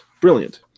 Brilliant